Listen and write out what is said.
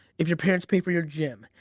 if your parents pay for your gym,